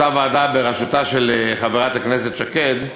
אותה ועדה בראשותה של חברת הכנסת שקד,